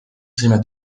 saime